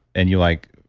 and you like.